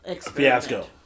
fiasco